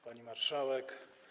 Pani Marszałek!